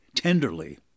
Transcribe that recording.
tenderly